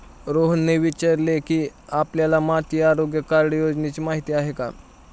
रोहनने विचारले की, आपल्याला माती आरोग्य कार्ड योजनेची माहिती आहे का?